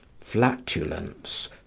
flatulence